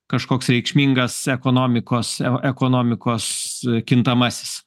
kažkoks reikšmingas ekonomikos ekonomikos kintamasis